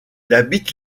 habite